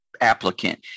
applicant